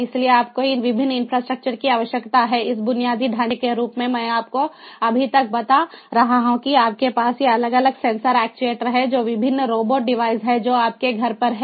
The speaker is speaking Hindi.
इसलिए आपको इन विभिन्न इंफ्रास्ट्रक्चर की आवश्यकता है इस बुनियादी ढांचे के रूप में मैं आपको अभी तक बता रहा हूं कि आपके पास ये अलग अलग सेंसर एक्ट्यूएटर हैं जो विभिन्न रोबोट डिवाइस हैं जो आपके घर पर हैं